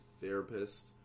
therapist